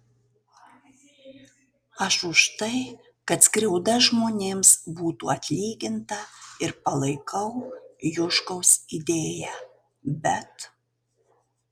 aš už tai kad skriauda žmonėms būtų atlyginta ir palaikau juškaus idėją bet